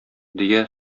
дөя